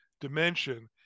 dimension